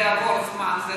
יעבור זמן,